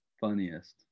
funniest